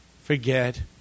forget